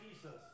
Jesus